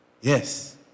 Yes